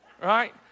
Right